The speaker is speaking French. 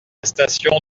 station